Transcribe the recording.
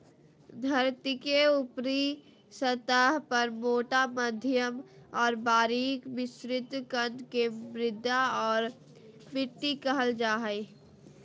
धरतीके ऊपरी सतह पर मोटा मध्यम और बारीक मिश्रित कण के मृदा और मिट्टी कहल जा हइ